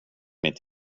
mitt